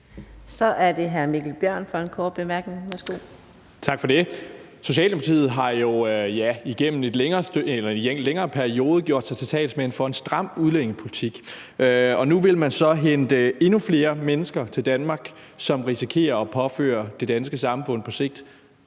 Kl. 17:38 Mikkel Bjørn (DF): Tak for det. Socialdemokratiet har jo i en længere periode gjort sig til talsmand for en stram udlændingepolitik. Nu vil man så hente endnu flere mennesker til Danmark, som vi på sigt risikerer påfører det danske samfund meget